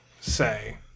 say